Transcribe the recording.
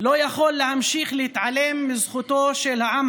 לא יכול להמשיך להתעלם מזכותו של העם